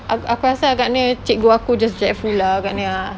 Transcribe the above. aku aku rasa cikgu aku just dreadful agaknya ah